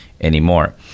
Anymore